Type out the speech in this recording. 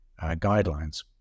guidelines